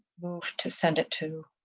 to send it to.